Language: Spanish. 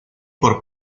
por